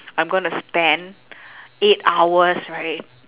I'm gonna spend eight hours right